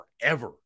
forever